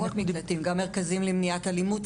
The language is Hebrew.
לא רק מקלטים, גם מרכזים למניעת אלימות.